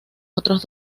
otros